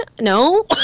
No